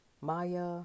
Maya